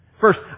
First